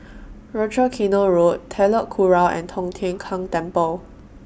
Rochor Canal Road Telok Kurau and Tong Tien Kung Temple